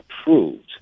approved